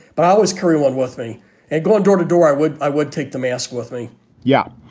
but i always carry one with me and going door to door, i would i would take the mask with me yeah.